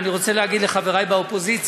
ואני רוצה להגיד לחברי באופוזיציה,